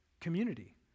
community